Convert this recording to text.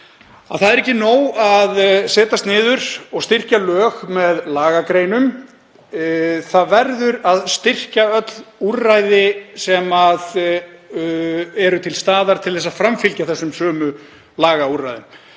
það er ekki nóg að setjast niður og styrkja lög með lagagreinum. Það verður að styrkja öll úrræði sem eru til staðar til að framfylgja þessum sömu lagaúrræðum.